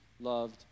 loved